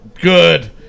Good